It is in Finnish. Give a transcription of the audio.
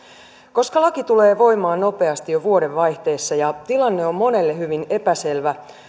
koska laki tulee voimaan nopeasti jo vuodenvaihteessa ja tilanne on monelle hyvin epäselvä